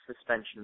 suspension